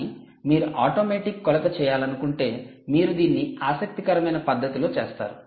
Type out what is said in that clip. కానీ మీరు ఆటోమేటిక్ కొలత చేయాలనుకుంటే మీరు దీన్ని ఆసక్తికరమైన పద్ధతిలో చేస్తారు